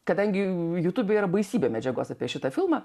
kadangi jutube yra baisybė medžiagos apie šitą filmą